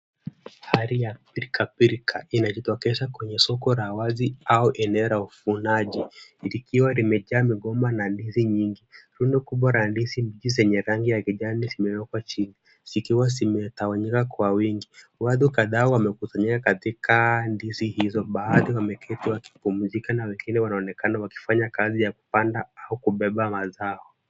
Hali ya pilkapilka inajitokeza kwenye soko la wazi au eneo la uvunaji, likiwa limejaa migomba na ndizi nyingi. Rundokubwa la ndizi mbichi zenye rangi ya kijani zimewekwa chini zikiwa zimetawanyika kwa wingi. Watu kadhaa wamekusanyika katika ndizi hizo. Baadhi wameketi wakipumzika na wengine wanaonekana wakifanya kazi ya kupanda au kubeba mazao.